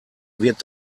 wird